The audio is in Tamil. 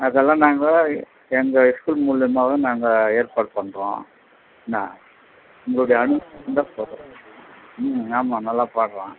அதெல்லாம் நாங்கள் எங்கள் ஸ்கூல் மூலிமாவும் நாங்கள் ஏற்பாடு பண்ணுறோம் என்ன உங்களுடைய அனுமதி இருந்தால் போதும் ஆமாம் நல்லா பாடுகிறான்